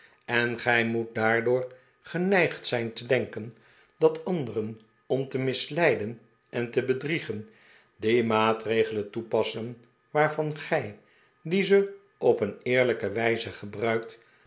en gij moet daardoor geneigd zijn te denken dat anderen om te misleiden en te bedriegen die maatregelen toepassen waarvan gij die ze op een eerlijke wijze gebruikt